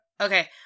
Okay